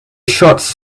shots